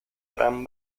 gran